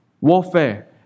warfare